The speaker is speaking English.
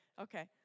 okay